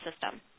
System